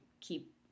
keep